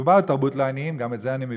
מדובר על תרבות לעניים, גם את זה אני מבין.